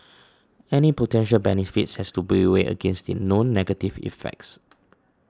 any potential benefits has to be weighed against the known negative effects